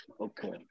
Okay